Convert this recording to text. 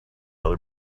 other